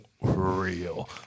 real